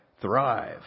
thrive